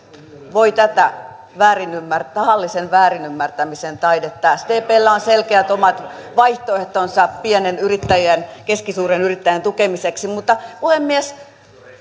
voi tätä tahallisen väärinymmärtämisen taidetta sdpllä on selkeät omat vaihtoehtonsa pienen yrittäjän keskisuuren yrittäjän tukemiseksi mutta puhemies